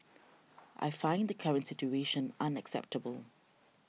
I find the current situation unacceptable